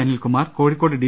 Anilkumar Kozhikode D